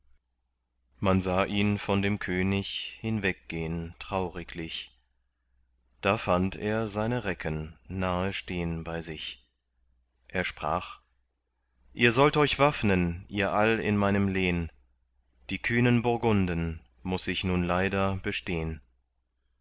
man sah ihn von dem könig hinweggehn trauriglich da fand er seine recken nahe stehn bei sich er sprach ihr sollt euch waffnen ihr all in meinem lehn die kühnen burgunden muß ich nun leider bestehn